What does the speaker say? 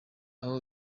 aho